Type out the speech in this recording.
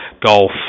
golf